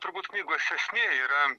turbūt knygos esmė yra